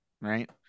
right